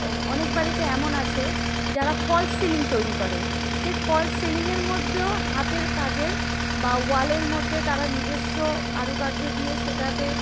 অনেক বাড়িতে এমন আছে যারা ফলস সিলিং তৈরি করে সেই ফলস সিলিংয়ের মধ্যেও হাতের কাজের বা ওয়ালের মধ্যে তারা নিজস্ব কারুকার্য দিয়ে সেটাতে